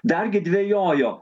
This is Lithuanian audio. dargi dvejojo